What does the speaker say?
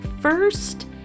first